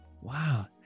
wow